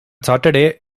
saturday